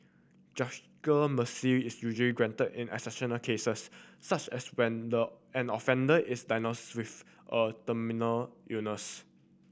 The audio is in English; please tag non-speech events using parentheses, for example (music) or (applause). (unintelligible) mercy is usually granted in exceptional cases such as when the an offender is diagnosed with a terminal illness